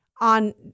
on